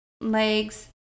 legs